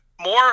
more